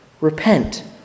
repent